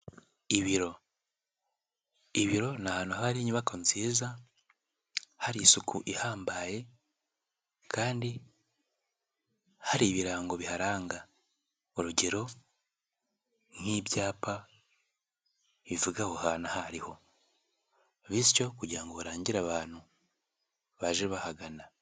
Ibiro, ibiro ni ahantu hari inyubako nziza, hari isuku ihambaye kandi hari ibirango biharanga, urugero nk'ibyapa bivuga aho hantu ahariho, bityo kugira ngo barangire abantu baje bahagana.